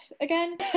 again